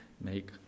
make